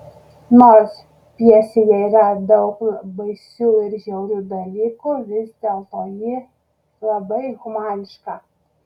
nors pjesėje yra daug baisių ir žiaurių dalykų vis dėlto ji labai humaniška